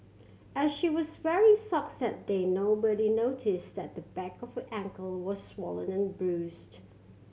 as she was wearing socks that day nobody noticed that the back of her ankle was swollen and bruised